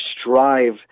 strive